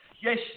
yes